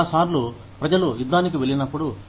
చాలా సార్లు ప్రజలు యుద్ధానికి వెళ్లినప్పుడు